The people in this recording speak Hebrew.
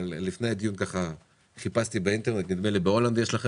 אבל לפני הדיון חיפשתי באינטרנט וראיתי שבהולנד יש לכם